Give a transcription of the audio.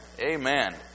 Amen